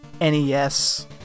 NES